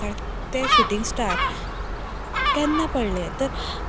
तें shooting start केन्ना पडलें तर